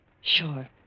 Sure